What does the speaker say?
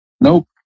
Nope